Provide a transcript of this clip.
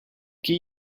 key